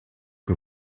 que